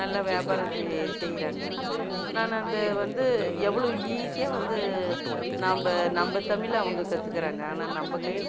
நல்லா வியாபாரம் செய் செய்கிறாங்க நான் அந்த வந்து எவ்வளோ ஈஸியாக வந்து நாம் நம்ம தமிழில் அவங்க கற்றுக்குறாங்க ஆனால் நம்ம கையில்